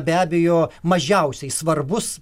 be abejo mažiausiai svarbus